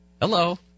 hello